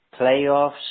playoffs